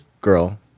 girl